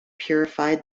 purified